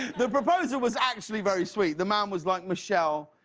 the proposal was actually very sweet. the man was like, michelle,